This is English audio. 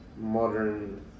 modern